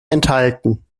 enthalten